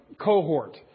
cohort